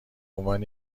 عنوان